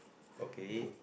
okay